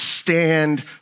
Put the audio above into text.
stand